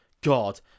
god